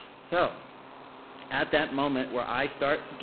so at that moment, where i start,